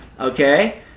okay